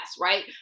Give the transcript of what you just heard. right